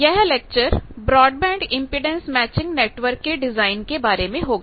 यह lecture broadband impedance matching network के design के बारे में होगा